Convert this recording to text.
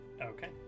Okay